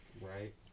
Right